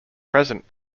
present